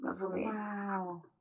Wow